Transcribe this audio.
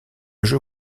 jeu